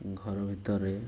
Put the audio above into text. ଘର ଭିତରେ